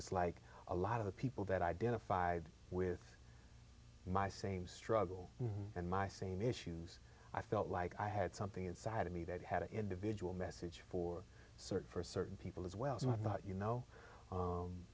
it's like a lot of the people that identified with my same struggle and my same issues i felt like i had something inside of me that had an individual message for sort for certain people as well as what about you know